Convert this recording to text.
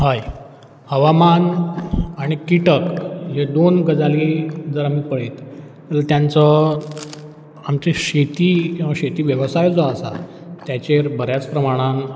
हय हवामान आनी किटक ह्यो दोन गजाली जर आमी पळयत त्यांचो आमचे शेती वेवसाय जो आसा त्याचेर बऱ्याच प्रमाणान